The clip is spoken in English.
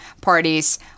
parties